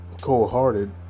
cold-hearted